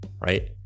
Right